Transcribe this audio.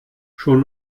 schon